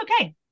okay